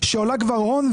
שעולה הון,